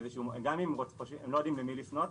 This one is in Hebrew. גם אם רוצים הם גם לא יודעים למי לפנות,